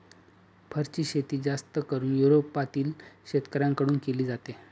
फरची शेती जास्त करून युरोपातील शेतकऱ्यांन कडून केली जाते